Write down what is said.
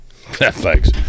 Thanks